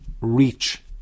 reach